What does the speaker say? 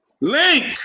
Link